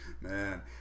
Man